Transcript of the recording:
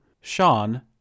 Sean